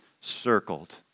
circled